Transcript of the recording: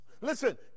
listen